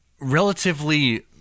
relatively